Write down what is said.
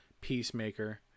peacemaker